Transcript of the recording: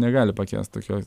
negali pakęst tokios